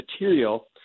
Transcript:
material